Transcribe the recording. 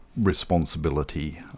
responsibility